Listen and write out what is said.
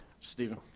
Stephen